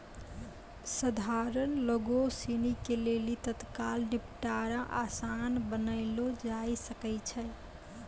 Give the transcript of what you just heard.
सधारण लोगो सिनी के लेली तत्काल निपटारा असान बनैलो जाय सकै छै